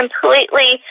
completely